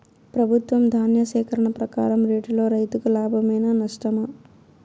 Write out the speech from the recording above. ప్రభుత్వం ధాన్య సేకరణ ప్రకారం రేటులో రైతుకు లాభమేనా నష్టమా?